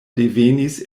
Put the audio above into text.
devenis